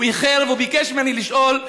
הוא איחר והוא ביקש ממני לשאול,